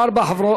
שלהם,